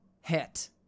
hit